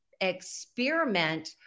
experiment